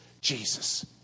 Jesus